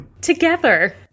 together